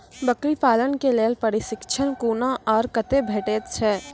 बकरी पालन के लेल प्रशिक्षण कूना आर कते भेटैत छै?